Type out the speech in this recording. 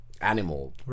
animal